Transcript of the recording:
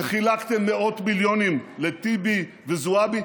וחילקתם מאות מיליונים לטיבי וזועבי,